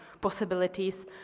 possibilities